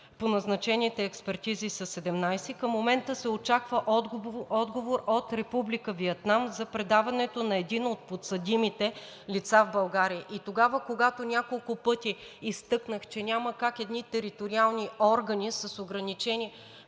по назначените експертизи, са 17 и към момента се очаква отговор от Република Виетнам за предаването на едно от подсъдимите лица в България. И тогава, когато няколко пъти изтъкнах, че няма как едни териториални органи с ограничени